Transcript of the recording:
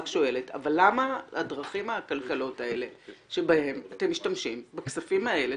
למה הדרכים העקלקלות האלה שבהן אתם משתמשים בכספים האלה,